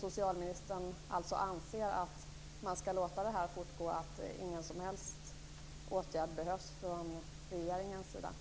Anser ministern att man skall låta detta fortgå och att ingen som helst åtgärd från regeringen behövs?